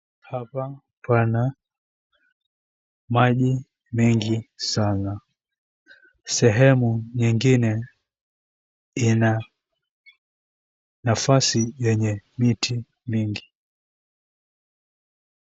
Hapa pana maji mengi sana. Sehemu nyingine ina nafasi yenye miti mingi.